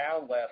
last